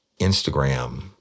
Instagram